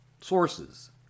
sources